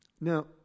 Now